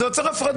זה יוצר הפרדה,